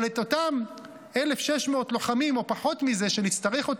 אבל אותם 1,600 לוחמים או פחות מזה שנצטרך,